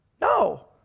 No